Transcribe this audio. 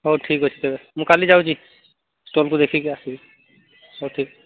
ହଉ ଠିକ୍ ଅଛି ତେବେ ମୁଁ କାଲି ଯାଉଛି ସ୍ଟଲକୁ ଦେଖିକି ଆସିବି ହଉ ଠିକ୍